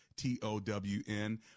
T-O-W-N